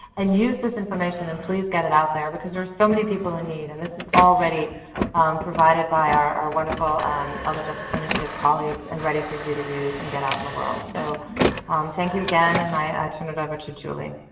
and use this information and please get it out there because there's so many people in need, and this is already provided by our wonderful elder justice initiative colleagues and ready for you to use and get out in the world. so thank you again, and i want to turn it over to julie.